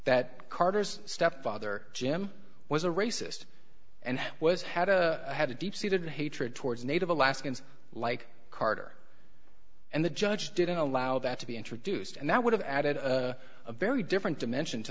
that carter's stepfather jim was a racist and he was had a had a deep seated hatred towards native alaskans like carter and the judge didn't allow that to be introduced and that would have added a very different dimension to